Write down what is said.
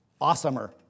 awesomer